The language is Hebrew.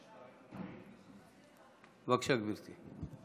בבקשה, גברתי.